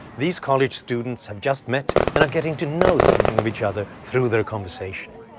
these college students have just met and are getting to know something of each other through their conversation.